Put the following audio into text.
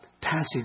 Passage